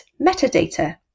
Metadata